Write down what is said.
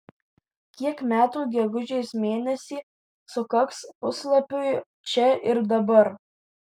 kiek metų gegužės mėnesį sukaks puslapiui čia ir dabar